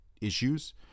issues